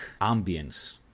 ambience